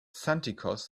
santikos